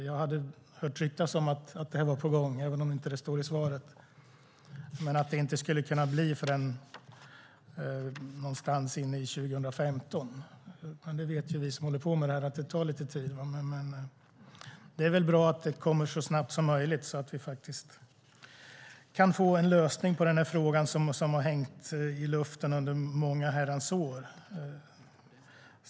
Jag har hört ryktas att det är på gång - även om det inte framgick av svaret - omkring 2015. Vi som håller på med dessa frågor vet att det tar tid. Det är väl bra om dessa steg tas så snabbt som möjligt så att det går att få en lösning på frågan, som har hängt i luften under många herrans år.